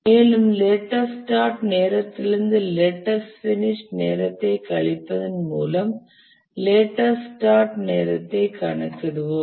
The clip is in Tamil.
மேலும் லேட்டஸ்ட் ஸ்டார்ட் நேரத்திலிருந்து லேட்டஸ்ட் பினிஷ் நேரத்தை கழிப்பதன் மூலம் லேட்டஸ்ட் ஸ்டார்ட் நேரத்தை கணக்கிடுவோம்